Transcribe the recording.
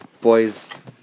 boys